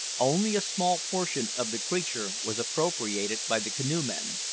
only a small portion of the creature was appropriated by the canoe-men.